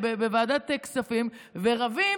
בוועדת הכספים ורבים